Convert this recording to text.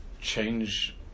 change